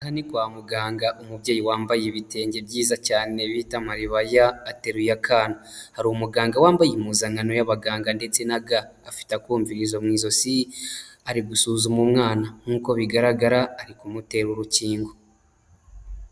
Aha ni kwa muganga, umubyeyi wambaye ibitenge byiza cyane bita amaribaya ateruye akana, hari umuganga wambaye impuzankano y'abaganga, ndetsega afite akumvirizo mu izosi, ari gusuzuma umwana, nk'uko bigaragara ari kumutera urukingo.